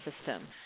system